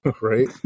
Right